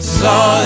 saw